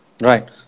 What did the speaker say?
Right